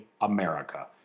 America